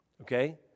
Okay